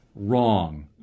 wrong